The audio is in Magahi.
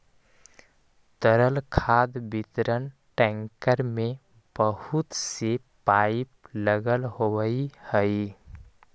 तरल खाद वितरक टेंकर में बहुत से पाइप लगल होवऽ हई